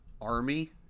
army